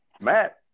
Matt